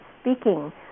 speaking